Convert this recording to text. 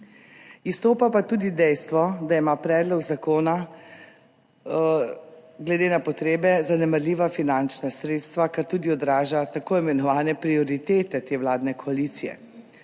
Izstopa pa tudi dejstvo, da ima predlog zakona glede na potrebe zanemarljiva finančna sredstva, kar tudi odraža tako imenovane prioritete te vladne koalicije.